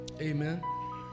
amen